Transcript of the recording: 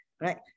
right